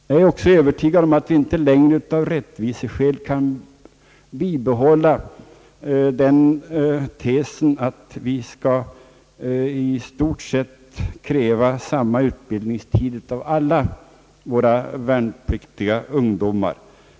Jag är också övertygad om att vi inte längre av rättviseskäl kan kräva samma utbildningstid för alla våra värnpliktiga ungdomar.